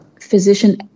physician